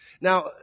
Now